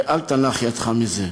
ואל תנח ידך מזה.